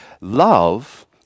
love